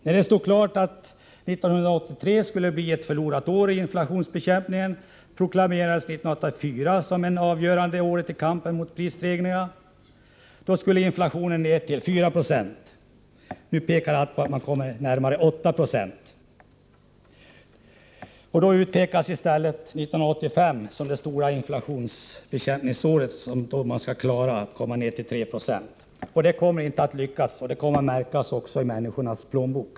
När det stod klart att 1983 skulle bli ett förlorat år i inflationsbekämpningen proklamerades 1984 som det avgörande året i kampen mot prisstegringarna. Då skulle inflationen ned till 4 96. Nu pekar allt på att den kommer att bli närmare 8 90. Då utpekades i stället 1985 som det stora inflationsbekämpningsåret då man skall klara att komma ned till 3 76. Det kommer inte att lyckas, och det kommer att märkas i människornas plånböcker.